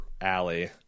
Alley